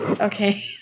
Okay